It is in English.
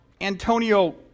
Antonio